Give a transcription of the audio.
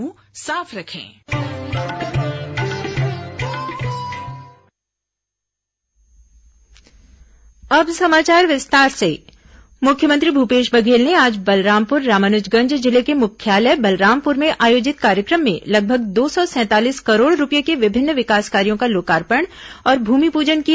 मुख्यमंत्री बलरामपुर मुख्यमंत्री भूपेश बघेल ने आज बलरामपुर रामानुजगंज जिले के मुख्यालय बलरामपुर में आयोजित कार्यक्रम में लगभग दो सौ सैंतालीस करोड़ रूपये के विभिन्न विकास कार्यों का लोकार्पण और भूमिपूजन किया